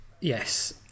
Yes